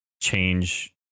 change